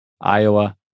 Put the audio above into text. Iowa